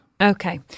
Okay